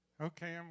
Okay